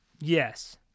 Yes